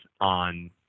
on